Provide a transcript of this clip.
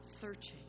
searching